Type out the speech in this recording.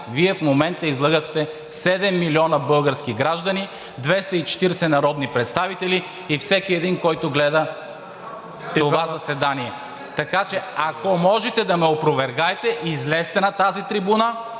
Вие в момента излъгахте 7 милиона български граждани, 240 народни представители и всеки един, който гледа това заседание, така че, ако може да ме опровергаете, излезте на тази трибуна